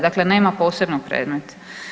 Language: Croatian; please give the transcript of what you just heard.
Dakle, nema posebnog predmeta.